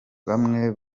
bamwe